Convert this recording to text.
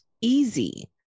easy